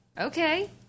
Okay